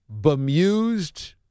bemused